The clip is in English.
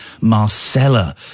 Marcella